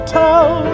tell